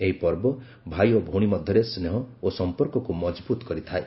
ଏହି ପର୍ବ ଭାଇ ଓ ଭଉଶୀ ମଧ୍ୟରେ ସ୍ନେହ ଓ ସଂପର୍କକୁ ମଜବୁତ କରିଥାଏ